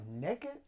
naked